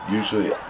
usually